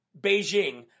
Beijing